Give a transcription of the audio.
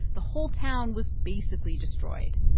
the whole town was basically destroyed.